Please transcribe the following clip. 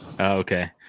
Okay